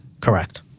Correct